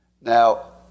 Now